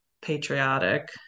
patriotic